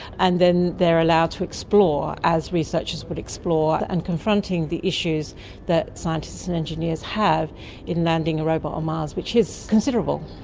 and then they are allowed to explore, as researchers would explore, and confronting the issues that scientists and engineers have in landing a robot on mars, which is considerable.